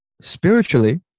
spiritually